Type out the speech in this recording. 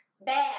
bad